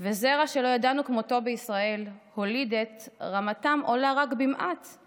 וזרע שלא ידענו כמותו בישראל הוליד את רמתם עולה רק במעט /